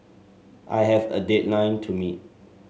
I have a deadline to meet